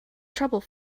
trouble